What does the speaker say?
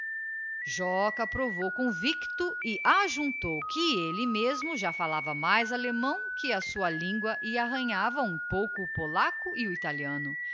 joca approvou convicto e ajuntou que elle mesmo já falava mais allemão que a sua lingua e arranhava um pouco o polaco e o italiano